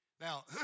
Now